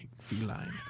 feline